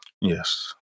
Yes